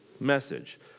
message